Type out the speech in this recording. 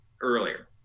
earlier